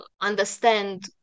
understand